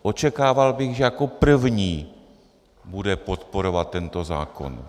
Očekával bych, že jako první bude podporovat tento zákon.